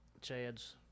Chad's